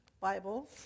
Bibles